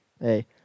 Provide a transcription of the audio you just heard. Hey